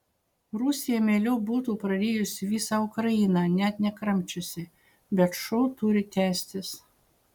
rusija mieliau būtų prarijusi visą ukrainą net nekramčiusi bet šou turi tęstis